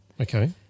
Okay